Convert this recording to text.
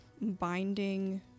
binding